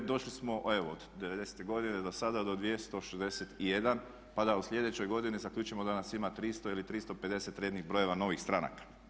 Došli smo evo od '90. godine do sada do 261, pa da u sljedećoj godini zaključimo da nas ima 300 ili 350 rednih brojeva novih stranaka.